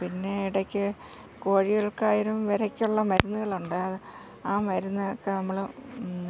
പിന്നെ ഇടയ്ക്ക് കോഴികൾക്കായാലും വിരയ്ക്കുള്ള മരുന്നുകളുണ്ട് അ ആ മരുന്നൊക്കെ നമ്മൾ